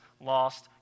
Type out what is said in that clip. lost